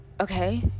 okay